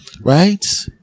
Right